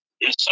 Yes